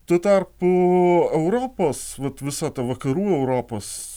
tuo tarpu europos vat visa ta vakarų europos